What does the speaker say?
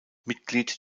mitglied